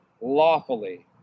lawfully